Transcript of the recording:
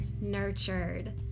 nurtured